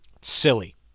Silly